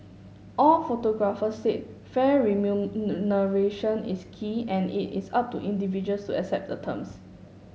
all photographers said fair remuneration is key and it is up to individuals to accept the terms